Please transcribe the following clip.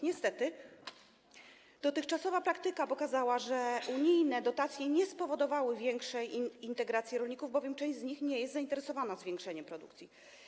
Niestety dotychczasowa praktyka pokazała, że unijne dotacje nie spowodowały większej integracji rolników, bowiem część z nich nie jest zainteresowana zwiększeniem produkcji.